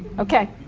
ok,